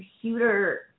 computer